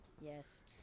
Yes